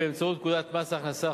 באמצעות פקודת מס ההכנסה,